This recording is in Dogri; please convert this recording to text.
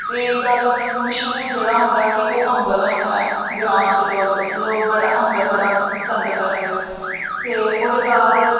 ते जैदा तर मश्हूर जेह्ड़ा होंदा कि ओह् अबंल होंदा ऐ ग्रां दे लोक लोक बड़ा अंबल बड़ा पसंद करदे ते ओह्दे बाद